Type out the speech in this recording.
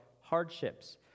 hardships